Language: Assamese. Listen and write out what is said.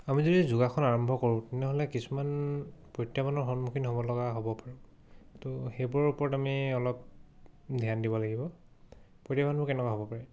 আমি যদি যোগাসন আৰম্ভ কৰোঁ তেনেহ'লে কিছুমান প্ৰত্যাহ্বানৰ সন্মুখীন হ'ব লগা হ'ব পাৰোঁ ত' সেইবোৰৰ ওপৰত আমি অলপ ধ্যান দিব লাগিব প্ৰত্যাহ্বানবোৰ কেনেকুৱা হ'ব পাৰে